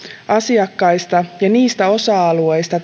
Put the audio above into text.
asiakkaista ja terveyspalvelujen niistä osa alueista